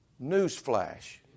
Newsflash